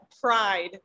Pride